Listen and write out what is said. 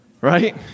Right